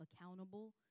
accountable